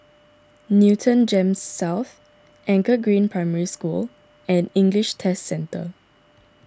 Newton Gems South Anchor Green Primary School and English Test Centre